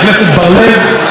למרות שאדוני היושב-ראש,